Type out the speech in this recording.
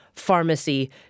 pharmacy